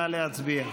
נא להצביע.